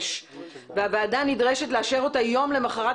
והוועדה נדרשת לאשר אותה יום למוחרת,